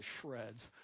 shreds